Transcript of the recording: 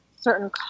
certain